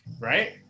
right